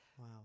Wow